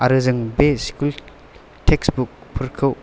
आरो जों बे स्कुल टेक्सटबुक फोरखौ